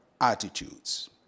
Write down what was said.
attitudes